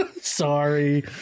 Sorry